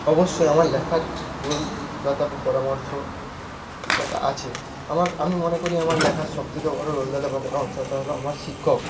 অবশ্যই আমার লেখার রোলদাতা বা পরামর্শদাতা আছে আমার আমি মনে করি আমার লেখার সব থেকে বড় রোলদাতা বা পরামর্শদাতা হল আমার শিক্ষক